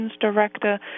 director